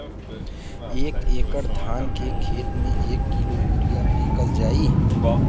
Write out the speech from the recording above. एक एकड़ धान के खेत में क किलोग्राम यूरिया फैकल जाई?